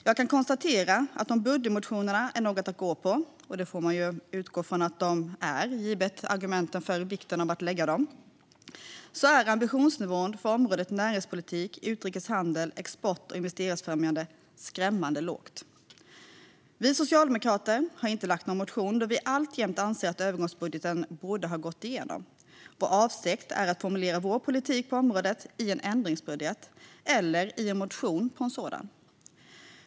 Jag kan konstatera att om budgetmotionerna är något att gå på, vilket man får utgå från att de är givet argumenten för vikten av att lägga fram dem, är ambitionsnivån för området näringspolitik, utrikeshandel, export och investeringsfrämjande skrämmande låg. Vi socialdemokrater har inte väckt någon motion, då vi alltjämt anser att övergångsbudgeten borde ha gått igenom. Vår avsikt är att formulera vår politik på området i en ändringsbudget eller i en motion på en sådan.